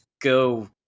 go